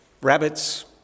rabbits